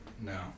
No